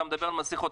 אתה מדבר על מסיכות.